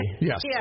Yes